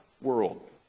world